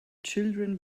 children